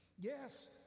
Yes